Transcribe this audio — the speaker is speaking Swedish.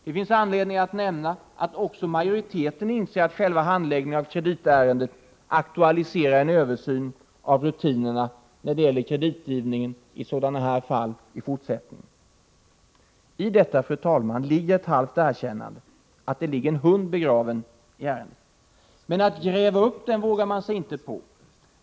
Det finns anledning att nämna att också majoriteten inser att själva handläggningen av kreditärendet aktualiserar en översyn av rutinerna när det gäller kreditgivningen i sådana här fall i fortsättningen. I detta ligger ett halvt erkännande att det ligger en hund begraven i ärendet. Men att gräva upp den vågar man sig inte på.